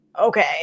okay